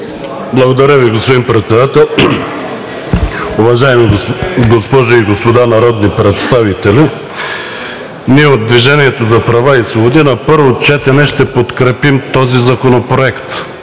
Благодаря Ви, господин Председател. Уважаеми госпожи и господа народни представители! Ние от „Движение за права и свободи“ на първо четене ще подкрепим този законопроект